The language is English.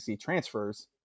transfers